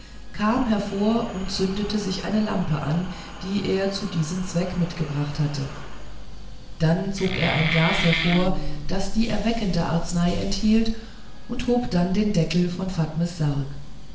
kam hervor und zündete sich eine lampe an die er zu diesem zweck mitgebracht hatte dann zog er ein glas hervor das die erweckende arznei enthielt und hob dann den deckel von fatmes sarg